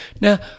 Now